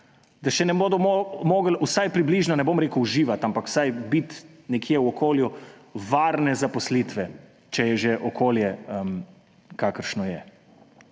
da še ne bodo mogli vsaj približno, ne bom rekel, uživati, ampak vsaj biti nekje v okolju varne zaposlitve, če je že okolje, kakršno je.